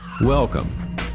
Welcome